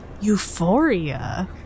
Euphoria